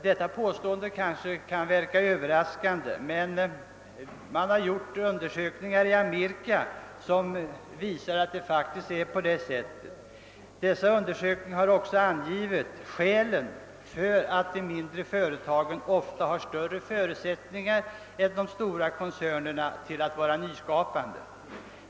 Detta påstående kan kanske verka överraskande, men undersökningar i Amerika har visat, att det faktiskt ligger till på det sättet. I undersökningarna har också redovisats skälen för att de mindre företagen ofta har större förutsättningar än de stora koncernerna då det gäller nyskapande.